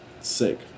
sick